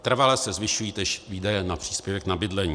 Trvale se zvyšují též výdaje na příspěvek na bydlení.